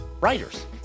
writers